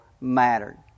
mattered